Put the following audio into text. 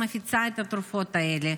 המפיצה את התרופות האלה.